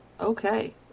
Okay